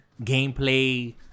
gameplay